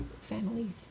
families